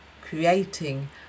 creating